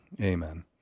Amen